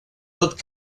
tot